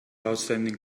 outstanding